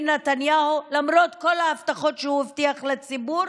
נתניהו למרות כל ההבטחות שהוא הבטיח לציבור,